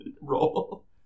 roll